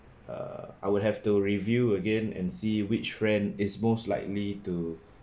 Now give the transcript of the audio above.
err I would have to review again and see which friend is most likely to